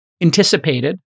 anticipated